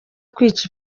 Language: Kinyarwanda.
kwica